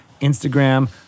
Instagram